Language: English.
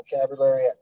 vocabulary